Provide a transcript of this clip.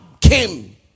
came